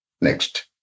Next